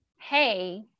hey